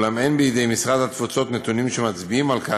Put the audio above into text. אולם אין בידי משרד התפוצות נתונים שמצביעים על כך